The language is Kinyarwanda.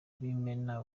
b’imena